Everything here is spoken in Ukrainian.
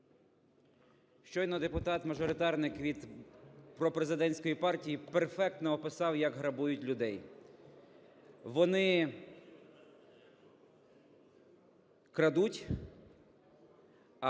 Щойно депутат-мажоритарник від пропрезидентської партії перфектно описав, як грабують людей. Вони крадуть, а